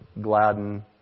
gladden